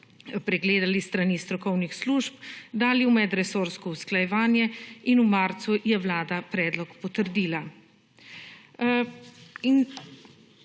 pregledali s strani strokovnih služb, dali v medresorsko usklajevanje in v marcu je Vlada predlog potrdila.